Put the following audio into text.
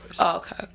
Okay